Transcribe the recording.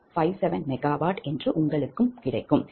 3657MW என்று உங்களுக்கு கிடைக்கும்